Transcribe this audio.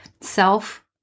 self